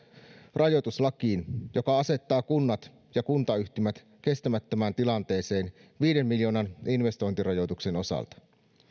rajoituslakiin joka asettaa kunnat ja kuntayhtymät kestämättömään tilanteeseen viiden miljoonan investointirajoituksen osalta